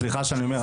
אז סליחה שאני אומר,